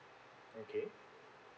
okay